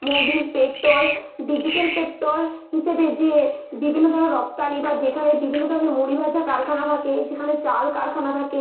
Mobil petrol digital petrol হিসেবে যে বিভিন্ন ধর রপ্তানি বা যেখানে বিভিন্ন ধরনের মুড়ি ভাজা কারখানা থাকে যেখানে চাল কারখানা থাকে